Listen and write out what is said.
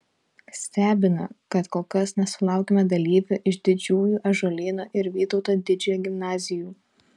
stebina kad kol kas nesulaukėme dalyvių iš didžiųjų ąžuolyno ir vytauto didžiojo gimnazijų